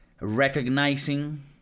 Recognizing